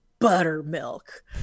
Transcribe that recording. Buttermilk